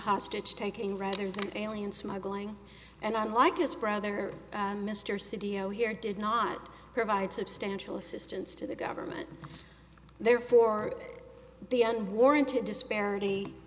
hostage taking rather than alien smuggling and i'm like his brother mr c d o here did not provide substantial assistance to the government therefore the un warranted disparity